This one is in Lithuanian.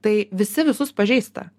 tai visi visus pažįsta